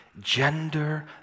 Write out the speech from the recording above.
gender